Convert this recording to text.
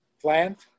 plant